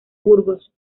burgos